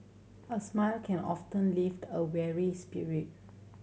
a smile can often lift a weary spirit